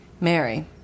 Mary